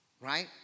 Right